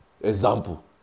Example